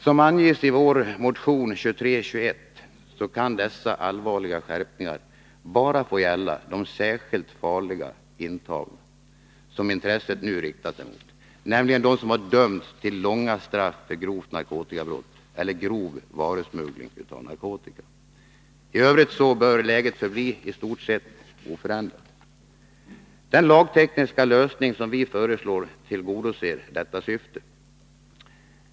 Som anges i vår motion 2321, kan dessa allvarliga skärpningar bara få gälla de särskilt farliga intagna, som intresset nu riktar sig mot, nämligen dem som har dömts till långa straff för grovt narkotikabrott eller grov varusmuggling av narkotika. I övrigt bör läget förbli i stort sett oförändrat. Den lagtekniska lösning som vi föreslår tillgodoser detta syfte.